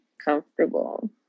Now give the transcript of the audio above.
comfortable